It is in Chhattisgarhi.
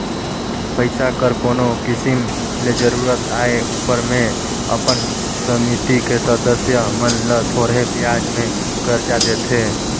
पइसा कर कोनो किसिम ले जरूरत आए उपर में अपन समिति के सदस्य मन ल थोरहें बियाज में करजा देथे